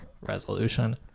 resolution